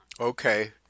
Okay